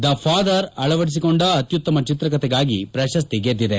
the father ಅಳವಡಿಸಿಕೊಂಡ ಅತ್ತುತ್ತಮ ಚಿತ್ರಕಥೆಗಾಗಿ ಪ್ರಶಸ್ತಿ ಗೆದ್ದಿದೆ